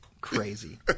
Crazy